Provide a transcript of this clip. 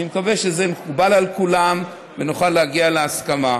אני מקווה שזה מקובל על כולם ונוכל להגיע להסכמה.